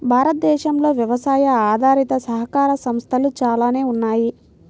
భారతదేశంలో వ్యవసాయ ఆధారిత సహకార సంస్థలు చాలానే ఉన్నాయి